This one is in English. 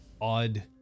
odd